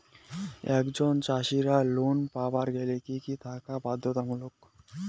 একজন চাষীর লোন পাবার গেলে কি কি থাকা বাধ্যতামূলক?